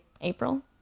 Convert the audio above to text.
April